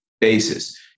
basis